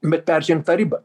bet peržengt tą ribą